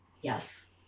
Yes